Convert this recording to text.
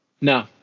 No